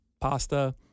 pasta